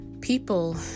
People